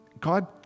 God